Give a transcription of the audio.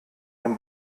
dem